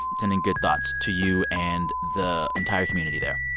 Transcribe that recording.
sending good thoughts to you and the entire community there.